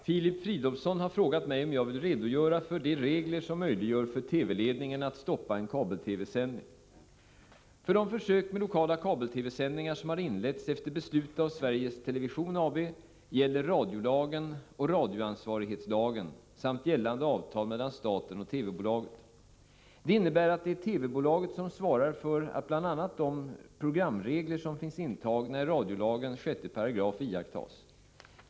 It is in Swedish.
Herr talman! Filip Fridolfsson har frågat mig om jag vill redogöra för de regler som möjliggör för TV-ledningen att stoppa en kabel-TV-sändning. För de försök med lokala kabel-TV-sändningar som har inletts efter beslut av Sveriges Television AB gäller radiolagen och radioansvarighetslagen samt gällande avtal mellan staten och TV-bolaget. Det innebär att det är TV-bolaget som svarar för att bl.a. de programregler som finns intagna i radiolagens 6 § iakttas.